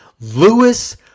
Lewis